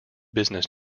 business